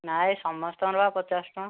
ନାହିଁ ସମସ୍ତଙ୍କର ବା ପଚାଶ ଟଙ୍କା